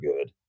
good